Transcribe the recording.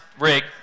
rig